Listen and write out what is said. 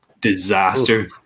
disaster